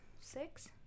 six